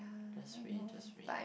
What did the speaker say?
just wait just wait